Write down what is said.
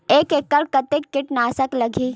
एक एकड़ कतेक किट नाशक लगही?